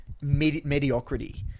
mediocrity